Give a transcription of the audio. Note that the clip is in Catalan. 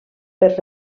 per